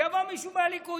שיבוא מישהו מהליכוד,